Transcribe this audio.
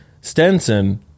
Stenson